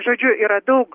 žodžiu yra daug